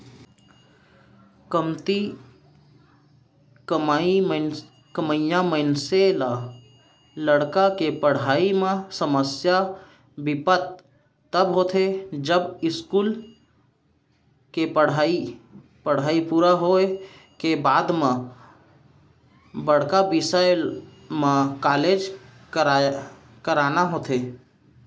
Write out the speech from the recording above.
कमती कमइया मनसे ल लइका के पड़हई म समस्या बिपत तब होथे जब इस्कूल के पड़हई पूरा होए के बाद म बड़का बिसय म कॉलेज कराना होथे